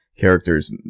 characters